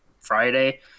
Friday